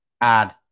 Add